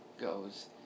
goes